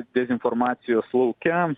dezinformacijos lauke